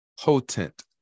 potent